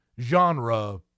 genre